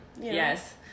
Yes